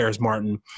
Martin